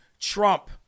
Trump